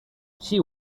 she